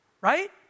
right